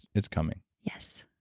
it's coming. yes.